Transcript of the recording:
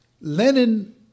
Lenin